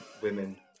women